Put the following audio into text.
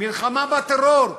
מלחמה בטרור.